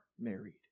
married